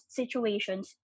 situations